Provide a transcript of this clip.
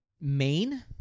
main